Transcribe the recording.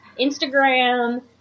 Instagram